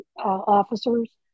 officers